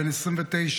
בן 29,